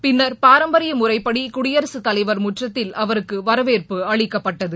பின்னர் பாரம்பரிய முறைப்படி குடியரசுத் தலைவர் முற்றத்தில் அவருக்கு வரவேற்பு அளிக்கப்பட்டது